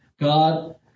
God